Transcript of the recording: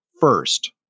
first